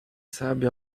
sabe